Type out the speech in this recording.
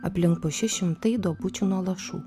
aplink pušis šimtai duobučių nuo lašų